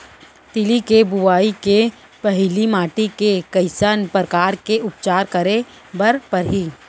तिलि के बोआई के पहिली माटी के कइसन प्रकार के उपचार करे बर परही?